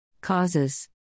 Causes